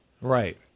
Right